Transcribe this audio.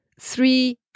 three